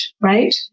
right